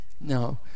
no